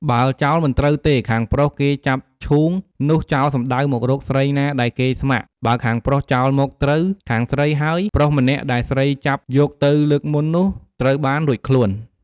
បើចោលមិន ត្រូវទេ ខាងប្រុសគេចាប់ឈូងនោះចោលសំដៅមករកស្រីណាដែលគេស្ម័គ្រ បើខាងប្រុសចោលមកត្រូវខាងស្រី ហើយ ប្រុសម្នាក់ដែលស្រីចាប់យកទៅលើកមុននោះ ត្រូវបានរួចខ្លួន។